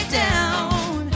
down